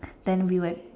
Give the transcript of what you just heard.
then we like